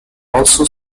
also